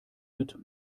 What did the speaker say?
mit